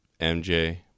MJ